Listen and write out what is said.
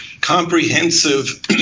comprehensive